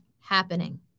happening